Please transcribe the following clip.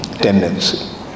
Tendency